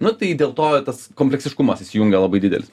nu tai dėl to tas kompleksiškumas įsijungia labai didelis